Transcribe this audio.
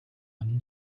and